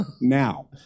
Now